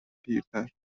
پیرتر